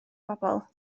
bobl